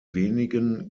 wenigen